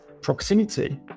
proximity